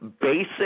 basic